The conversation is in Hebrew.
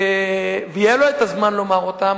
ויהיה לו הזמן לומר אותם.